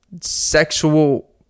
sexual